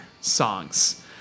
songs